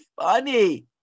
funny